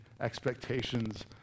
expectations